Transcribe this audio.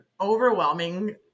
overwhelming